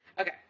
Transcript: Okay